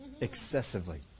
Excessively